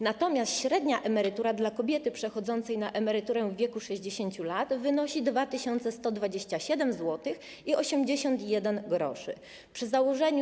Natomiast średnia emerytura dla kobiety przechodzącej na emeryturę w wieku 60 lat wynosi 2127,81 zł.